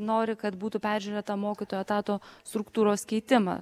nori kad būtų peržiūrėta mokytojo etato struktūros keitimą